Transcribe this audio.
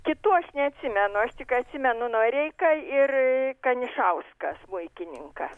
kitų aš neatsimenu aš tik atsimenu noreiką ir kanišauską smuikininką